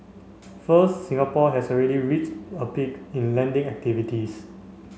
first Singapore has already reached a peak in lending activities